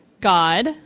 God